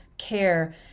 care